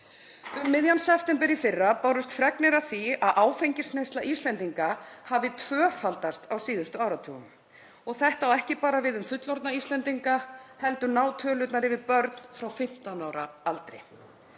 Um miðjan september í fyrra bárust fregnir af því að áfengisneysla Íslendinga hafi tvöfaldast á síðustu áratugum, og þetta á ekki bara við um fullorðna Íslendinga heldur ná tölurnar yfir börn frá 15 ára aldri.